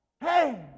Hey